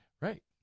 Right